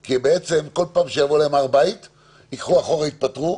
כי בעצם כל פעם שיבוא להם, ייקחו אחורה, יתפטרו,